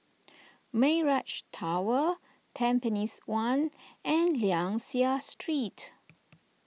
Mirage Tower Tampines one and Liang Seah Street